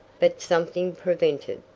but something prevented.